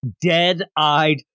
dead-eyed